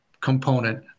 component